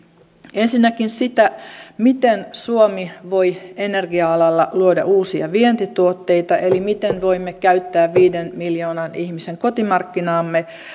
ensinnäkin sitä miten suomi voi energia alalla luoda uusia vientituotteita eli miten voimme käyttää viiden miljoonan ihmisen kotimarkkinaamme